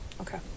Okay